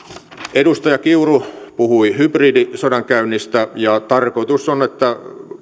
edustaja kiuru puhui hybridisodankäynnistä ja tarkoitus on että